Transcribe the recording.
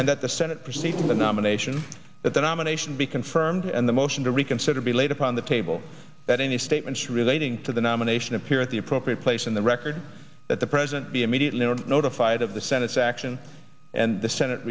and that the senate proceed with the nomination that the nomination be confirmed and the motion to reconsider be laid upon the table that any statements relating to the nomination appear at the appropriate place in the record that the president be immediately notified of the senate's action and the senate